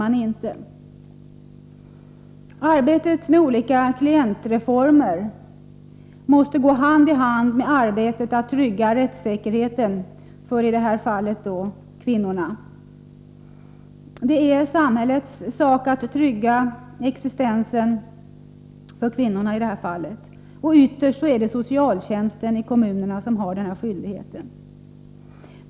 Arbetet med olika klientreformer måste gå hand i hand med arbetet att trygga rättsäkerheten — i detta fall för kvinnorna. Det är samhällets uppgift att trygga kvinnornas existens. Ytterst är det socialtjänsten i kommunerna som har denna skyldighet.